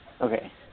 Okay